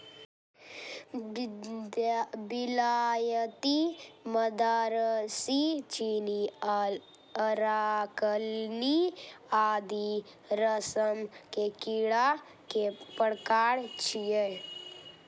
विलायती, मदरासी, चीनी, अराकानी आदि रेशम के कीड़ा के प्रकार छियै